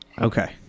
okay